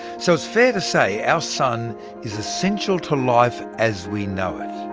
so, it's fair to say our sun is essential to life as we know it.